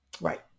right